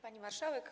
Pani Marszałek!